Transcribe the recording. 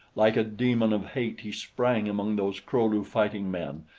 like a demon of hate he sprang among those kro-lu fighting-men,